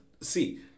See